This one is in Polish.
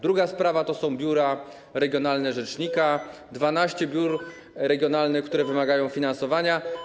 Druga sprawa to są biura regionalne rzecznika, 12 biur regionalnych, które wymagają finansowania.